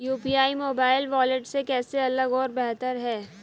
UPI mobile wallet से कैसे अलग और बेहतर है?